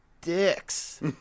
dicks